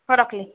ହ ରଖିଲି